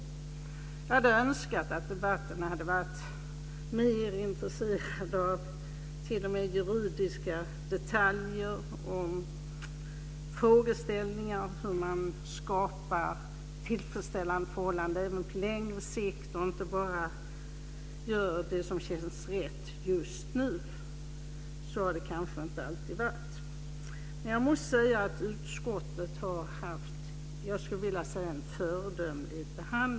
Jag önskar att vi i debatten hade varit mer intresserade av t.o.m. juridiska detaljer och frågeställningar om hur man skapar tillfredsställande förhållanden även på längre sikt och inte bara gör det som känns rätt just nu. Så har det kanske inte alltid varit. Jag måste säga att utskottets behandling har varit föredömlig.